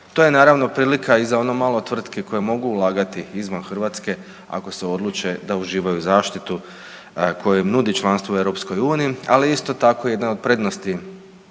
To je naravno, prilika i za ono malo tvrtki koje mogu ulagati izvan Hrvatske, ako se odluče da uživaju zaštitu koja im nudi članstvo u EU, ali isto tako, jedna od prednosti